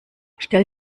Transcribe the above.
stell